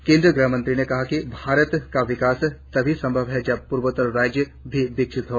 केंद्रीय गृहमंत्री ने कहा कि भारत का विकास तभी संभव है जब पूर्वोत्तर राज्य भी विकसित हो